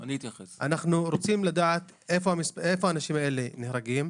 אנחנו רוצים לדעת איפה האנשים האלה נהרגים,